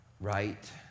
right